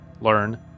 Learn